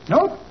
Nope